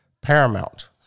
paramount